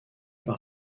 par